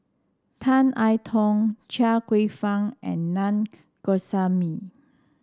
Tan I Tong Chia Kwek Fah and Na Govindasamy